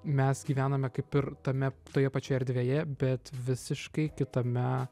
mes gyvename kaip ir tame toje pačioje erdvėje bet visiškai kitame